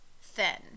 thin